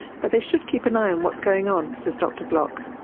but they should keep an eye on what's going on, says dr block.